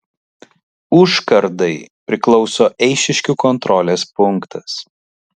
užkardai priklauso eišiškių kontrolės punktas